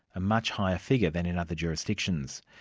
a much higher figure than in other jurisdictions.